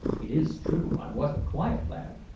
it is true i was a quiet lad,